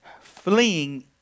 Fleeing